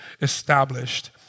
established